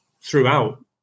throughout